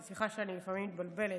סליחה שאני לפעמים מתבלבלת.